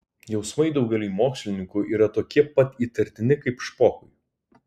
jausmai daugeliui mokslininkų yra tokie pat įtartini kaip špokui